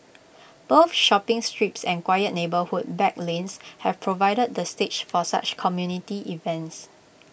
both shopping strips and quiet neighbourhood back lanes have provided the stage for such community events